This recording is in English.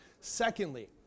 Secondly